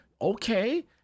okay